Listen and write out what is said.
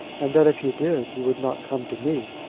and that if you did you would not come to me.